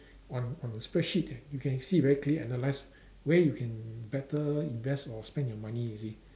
on on the spreadsheet that you can see very clear analyse where you can better invest or spend your money you see